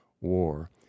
war